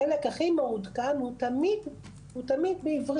החלק הכי מעודכן הוא תמיד בעברית.